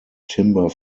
timber